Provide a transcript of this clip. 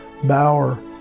Bauer